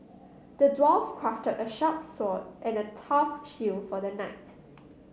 the dwarf crafted a sharp sword and a tough shields for the knight